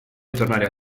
tornare